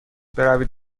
بروید